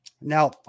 Now